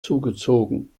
zugezogen